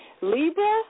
Libra